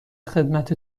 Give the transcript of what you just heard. خدمت